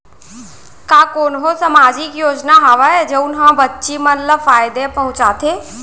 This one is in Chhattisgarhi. का कोनहो सामाजिक योजना हावय जऊन हा बच्ची मन ला फायेदा पहुचाथे?